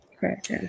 Correct